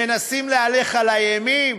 מנסים להלך עלי אימים?